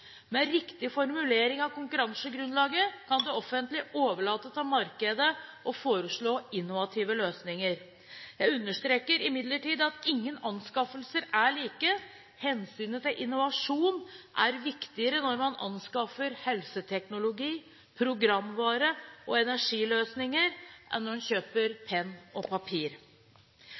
Med riktig formulering av konkurransegrunnlaget kan det offentlige overlate til markedet å foreslå innovative løsninger. Jeg understreker imidlertid at ingen anskaffelser er like. Hensynet til innovasjon er viktigere når man anskaffer helseteknologi, programvare og energiløsninger enn når man kjøper penn og papir.